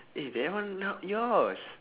eh that one not yours